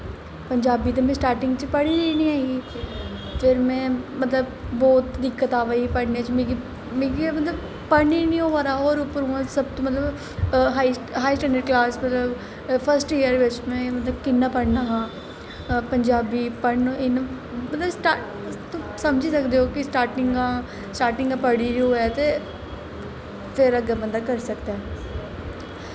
पंजाबी ते में स्टार्टिंग बिच्च पढ़ी दी गै नेईं ही फिर में मतलब बौह्त दिक्कत अवा दी ही पढ़ने च मिगी मतलब पढ़न गै निं होआ दा हा सबतो मतलब हाई स्टैंडर्ड़ कलास बिच्च फर्स्ट इयर बिच्च में मतलब कि'यां पढ़नां हा पंजाबी पढ़नी मतलब स्टार्टिंग तुस समझी सकदे ओ कि स्टार्टिंग दा पढ़ी दी होऐ ते फिर अग्गें बंदा करी सकदा ऐ